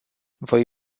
voi